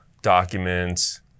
documents